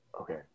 Okay